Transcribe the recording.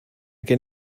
gen